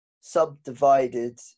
subdivided